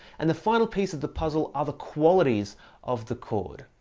and the final piece of the puzzle are the qualities of the chords.